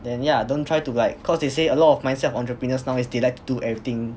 then yeah don't try to like cause they say a lot of mindset of entreupuners now is they like to do everything